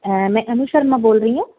ਮੈਂ ਅਨੂ ਸ਼ਰਮਾ ਬੋਲ ਰਹੀ ਹਾਂ